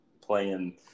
playing